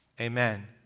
Amen